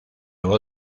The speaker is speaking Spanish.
voz